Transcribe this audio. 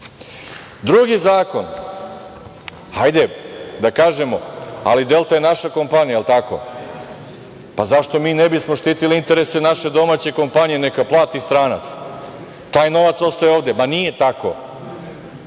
veću cenu. Hajde da kažemo, ali „Delta“ je naša kompanija, pa zašto mi ne bismo štitili interese naše domaće kompanije, neka plati stranac, taj novac ostaje ovde. Ma nije